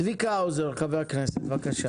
צביקה האוזר, בבקשה.